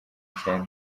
cyenda